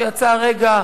שיצא הרגע,